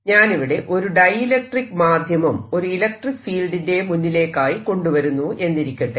ഞാനിവിടെ ഒരു ഡൈഇലക്ട്രിക് മാധ്യമം ഒരു ഇലക്ട്രിക് ഫീൽഡിന്റെ മുന്നിലേക്കായി കൊണ്ടുവരുന്നു എന്നിരിക്കട്ടെ